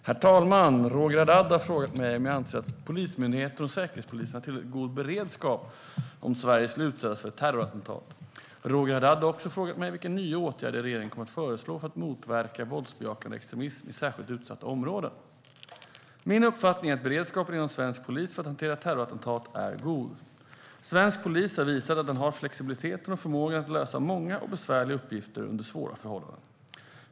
Herr talman! Roger Haddad har frågat mig om jag anser att Polismyndigheten och Säkerhetspolisen har tillräckligt god beredskap om Sverige skulle utsättas för ett terrorattentat. Roger Haddad har också frågat mig vilka nya åtgärder regeringen kommer att föreslå för att motverka våldsbejakande extremism i särskilt utsatta områden. Min uppfattning är att beredskapen inom svensk polis för att hantera ett terrorattentat är god. Svensk polis har visat att den har flexibiliteten och förmågan att lösa många och besvärliga uppgifter under svåra förhållanden.